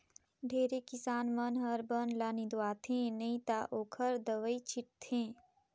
ढेरे किसान मन हर बन ल निंदवाथे नई त ओखर दवई छींट थे